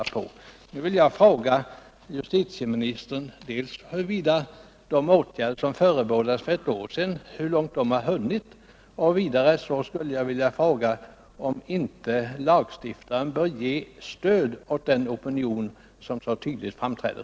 Nu vill jag fråga justitieministern: Hur långt har man kommit med de åtgärder som förebådades för ett år sedan? Vidare undrar jag om inte lagstiftaren bör ge stöd åt den opinion som så tydligt framträder.